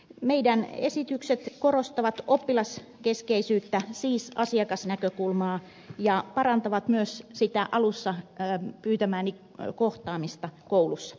meidän esityksemme korostavat oppilaskeskeisyyttä siis asiakasnäkökulmaa ja parantavat myös sitä alussa kaipaamaani kohtaamista koulussa